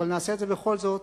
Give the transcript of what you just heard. אבל נעשה את זה בכל זאת,